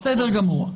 בסדר גמור.